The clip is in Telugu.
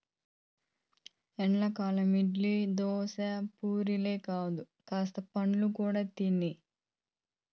ఎల్లకాలం ఇడ్లీ, దోశ, పూరీలే కాదు కాస్త పండ్లు కూడా తినే